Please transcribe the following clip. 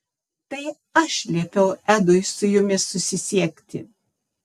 tai aš liepiau edui su jumis susisiekti